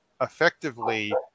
Effectively